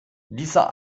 dieser